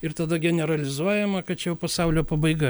ir tada generalizuojama kad čia jau pasaulio pabaiga